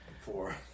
Four